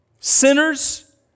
Sinners